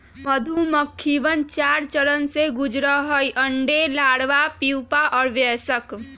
मधुमक्खिवन चार चरण से गुजरा हई अंडे, लार्वा, प्यूपा और वयस्क